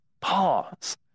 pause